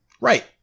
Right